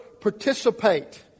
participate